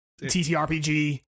TTRPG